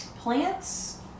plants